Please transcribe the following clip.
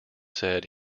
said